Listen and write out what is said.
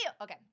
Okay